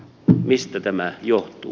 mistä tämä johtuu